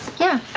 yeah,